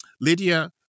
Lydia